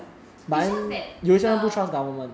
but just that the